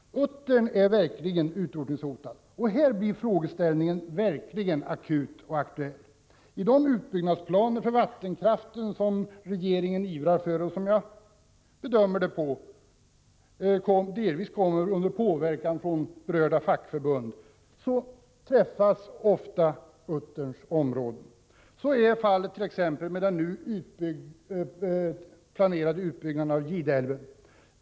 Uttern är utrotningshotad, och här blir frågeställningen verkligen akut och aktuell. I de utbyggnadsplaner för vattenkraften som regeringen ivrar för och som jag bedömer delvis har tillkommit under påverkan från berörda fackförbund drabbas ofta utterns områden. Så är fallet exempelvis med den nu planerade utbyggnaden av Gideälven.